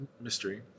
mystery